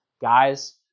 Guys